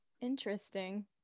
Interesting